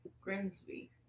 Grimsby